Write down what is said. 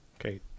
Okay